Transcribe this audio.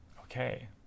Okay